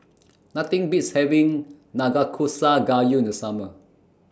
Nothing Beats having Nanakusa Gayu The Summer